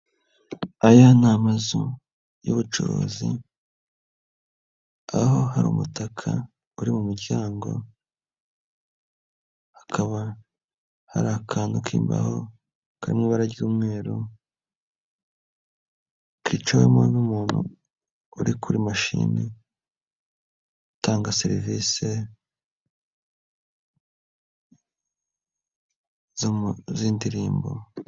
Aya ni amazu y'ubucuruzi, aho hari umutaka uri mu muryango, hakaba hari akantu k'imbaho kari mu ibara ry'umweru kiciwemo n'umuntu uri kuri mashini, utanga serivisi z'indirimbo.